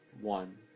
One